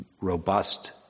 robust